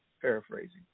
paraphrasing